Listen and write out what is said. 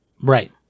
Right